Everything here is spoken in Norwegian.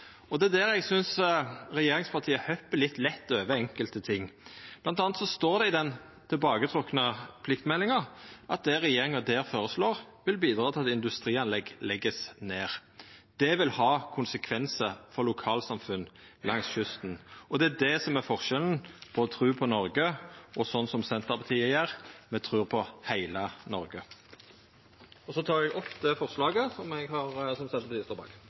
Og det er der eg synest regjeringspartia hoppar litt lett over enkelte ting. Blant anna står det i den tilbaketrekte pliktmeldinga at det regjeringa der føreslår, vil bidra til at industrianlegg vert lagde ned. Det vil ha konsekvensar for lokalsamfunn langs kysten. Det er det som er forskjellen mellom å tru på Noreg og sånn som Senterpartiet gjer: Me trur på heile Noreg. Så tek eg opp det forslaget som Senterpartiet står bak. Representanten Geir Pollestad har